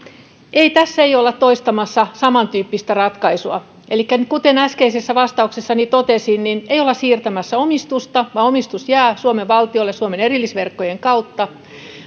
ei tässä ei olla toistamassa samantyyppistä ratkaisua elikkä kuten äskeisessä vastauksessani totesin ei olla siirtämässä omistusta vaan omistus jää suomen valtiolle suomen erillisverkkojen kautta